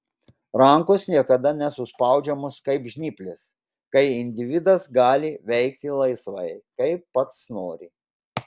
rankos niekada nesuspaudžiamos kaip žnyplės kai individas gali veikti laisvai kaip pats nori